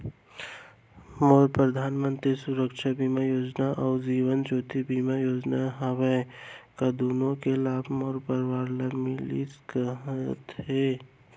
मोर परधानमंतरी सुरक्षा बीमा योजना अऊ जीवन ज्योति बीमा योजना हवे, का दूनो के लाभ मोर परवार ल मिलिस सकत हे?